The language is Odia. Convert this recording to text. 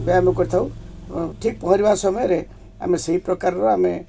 ବ୍ୟାୟାମ କରିଥାଉ ଠିକ୍ ପହଁରିବା ସମୟରେ ଆମେ ସେହି ପ୍ରକାରର ଆମେ